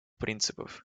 принципов